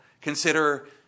consider